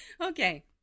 Okay